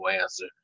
answer